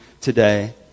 today